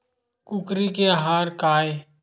कुकरी के आहार काय?